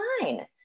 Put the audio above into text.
fine